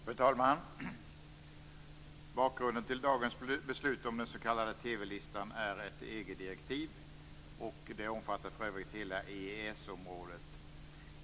Fru talman! Bakgrunden till dagens beslut om den s.k. TV-listan är ett EG-direktiv. Det omfattar för övrigt hela EES-området.